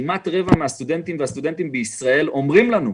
כמעט רבע מהסטודנטים והסטודנטיות בישראל אומרים לנו: